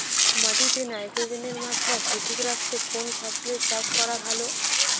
মাটিতে নাইট্রোজেনের মাত্রা সঠিক রাখতে কোন ফসলের চাষ করা ভালো?